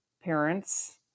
parents